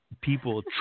people